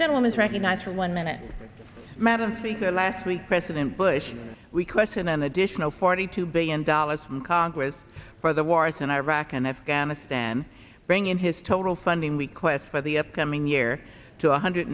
gentlemen recognize for one minute madam speaker last week president bush we question an additional forty two billion dollars from congress for the wars in iraq and afghanistan bringing his total funding request for the upcoming year to one hundred